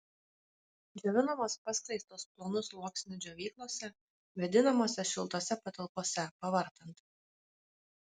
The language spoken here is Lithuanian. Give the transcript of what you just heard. džiovinamos paskleistos plonu sluoksniu džiovyklose vėdinamose šiltose patalpose pavartant